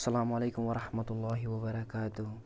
السلام علیکُم ورحمتہ اللہ وبرکاتُہ